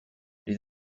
les